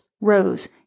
rows